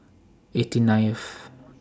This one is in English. eighty ninth